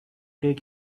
take